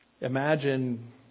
Imagine